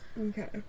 Okay